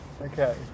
Okay